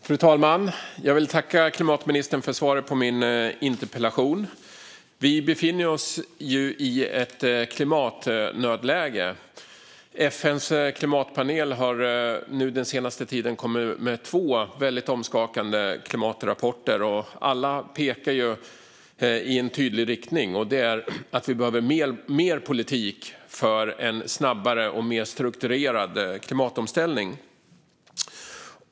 Fru talman! Jag vill tacka klimatministern för svaret på min interpellation. Vi befinner oss i ett klimatnödläge. FN:s klimatpanel har den senaste tiden kommit med två väldigt omskakande klimatrapporter som pekar i en tydlig riktning, och det är att vi behöver mer politik för en snabbare och mer strukturerad klimatomställning.